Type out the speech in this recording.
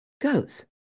goes